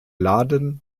laden